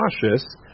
cautious